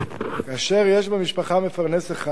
כאשר יש במשפחה מפרנס אחד,